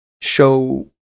show